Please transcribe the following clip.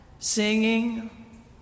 Singing